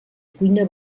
cuina